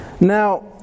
now